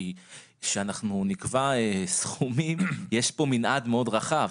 כי כשאנחנו נקבע סכומים יש פה מנעד מאוד רחב,